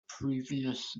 previous